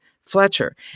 Fletcher